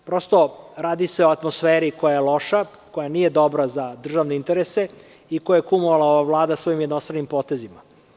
Prosto, radi se o atmosferi koja je loša, koja nije dobra za državne interese i koju je kumovala ova Vlada svojim jednostranim potezima.